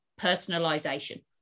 personalization